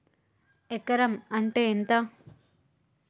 ఎకరం అంటే ఎంత?